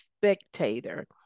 spectator